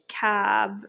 cab